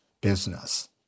business